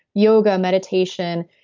yoga, meditation,